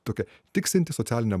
tokia tiksinti socialinė